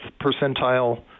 percentile